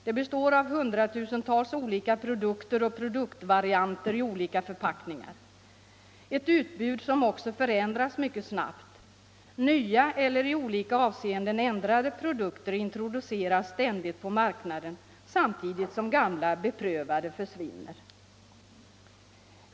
Det består av hundratusentals olika produkter och produktvarianter i olika förpackningar. Utbudet förändras också mycket snabbt. Nya eller i olika avseenden ändrade produkter introduceras ständigt på marknaden, samtidigt som gamla beprövade försvinner.